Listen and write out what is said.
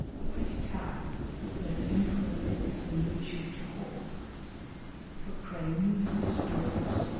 a pretty town where the emperor lives when he wishes to hawk for cranes, storks,